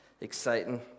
exciting